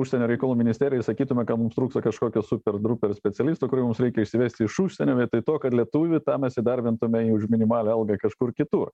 užsienio reikalų ministeriją ir sakytume kad mums trūksta kažkokios super druper specialisto kurį mums reikia išsivesti iš užsienio vietoj to kad lietuvį tą mes įdarbintume už minimalią algą kažkur kitur